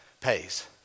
pays